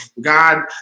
God